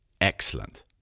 excellent